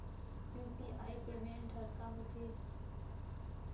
UPI payment हर का होते?